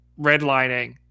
redlining